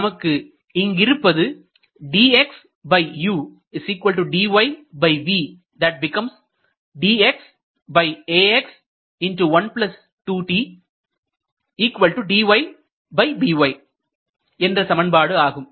நமக்கு இங்கிருப்பது என்ற சமன்பாடு ஆகும்